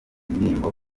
indirimbo